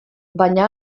baina